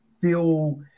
feel –